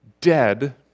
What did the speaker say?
dead